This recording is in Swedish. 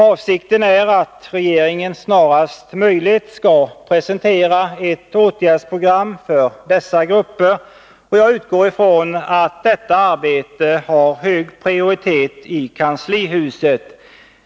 Avsikten är att regeringen snarast möjligt skall presentera ett åtgärdsprogram för dessa grupper, och jag utgår från att detta arbete har hög prioritet i kanslihuset.